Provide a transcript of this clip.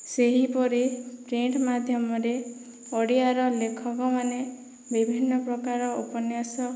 ସେହିପରି ପ୍ରିଣ୍ଟ ମାଧ୍ୟମରେ ଓଡ଼ିଆର ଲେଖକମାନେ ବିଭିନ୍ନ ପ୍ରକାର ଉପନ୍ୟାସ